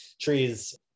trees